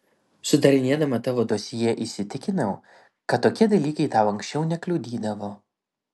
sudarinėdama tavo dosjė įsitikinau kad tokie dalykai tau anksčiau nekliudydavo